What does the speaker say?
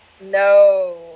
No